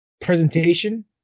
presentation